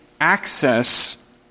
access